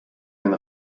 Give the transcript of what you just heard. den